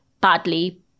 badly